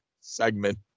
segment